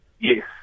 yes